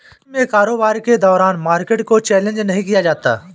दिन में कारोबार के दौरान मार्केट को चैलेंज नहीं किया जाता